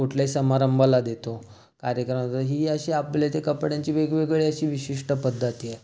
कुठल्याही समारंभाला देतो कार्यक्रमाला ही अशी आपल्या इथे कपड्यांची वेगवेगळी अशी विशिष्ट पद्धती आहेत